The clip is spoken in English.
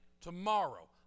tomorrow